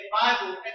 Bible